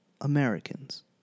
Americans